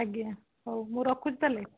ଆଜ୍ଞା ହଉ ମୁଁ ରଖୁଛି ତା'ହେଲେ